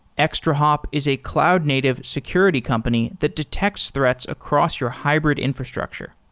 extrahop is a cloud-native security company that detects threats across your hybrid infrastructure.